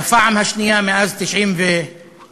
בפעם השנייה מאז 1994,